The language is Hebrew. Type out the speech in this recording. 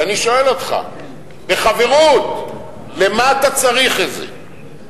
ואני שואל אותך, בחברות: למה אתה צריך את זה?